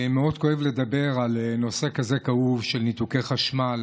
מאוד כואב לדבר על נושא כזה כאוב, של ניתוקי חשמל